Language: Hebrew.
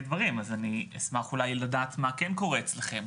אני אשמח לדעת מה כן קורה אצלכם.